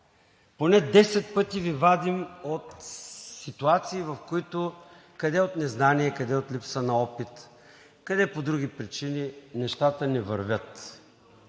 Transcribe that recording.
Поне десет пъти Ви вадим от ситуации, в които къде от незнание, къде от липса на опит, къде по други причини – нещата не вървят.